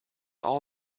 all